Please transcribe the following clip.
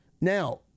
Now